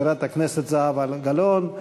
חברת הכנסת זהבה גלאון,